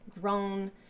grown